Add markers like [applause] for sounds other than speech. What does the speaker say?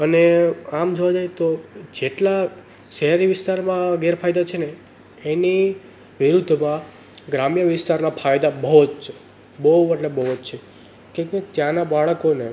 અને આમ જોવા જઈએ તો જેટલા શહેરી વિસ્તારમાં ગેરફાયદા છે ને એની [unintelligible] ગ્રામ્ય વિસ્તારના ફાયદા બહુ જ છે બહુ એટલે બહુ જ છે કેમ કે ત્યાંના બાળકોને